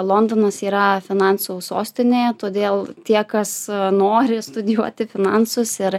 londonas yra finansų sostinė todėl tie kas nori studijuoti finansus ir